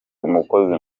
umukozi